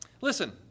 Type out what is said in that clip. Listen